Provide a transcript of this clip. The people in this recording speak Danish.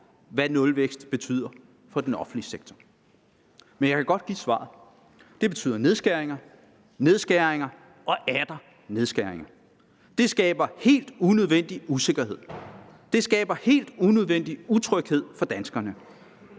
hvad nulvækst betyder for den offentlige sektor. Men jeg kan godt give svaret. Det betyder nedskæringer, nedskæringer og atter nedskæringer. Det skaber en helt unødvendig usikkerhed. Det skaber helt unødvendig utryghed for danskerne,